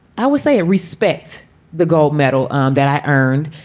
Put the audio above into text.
i would say, a respect the gold medal um that i earned.